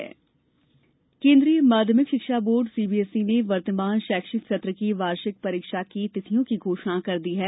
परीक्षा तिथि केन्द्रीय माध्यिमिक शिक्षा बोर्ड सीबीएसई ने वर्तमान शैक्षिक सत्र की वार्षिक परीक्षा की तिथियों की घोषणा कर दी है